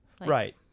right